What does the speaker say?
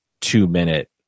two-minute